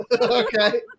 okay